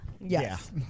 Yes